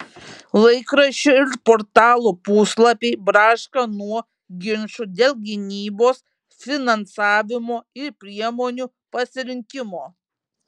laikraščių ir portalų puslapiai braška nuo ginčų dėl gynybos finansavimo ir priemonių pasirinkimo